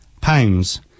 pounds